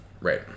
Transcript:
Right